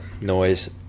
noise